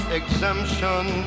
exemption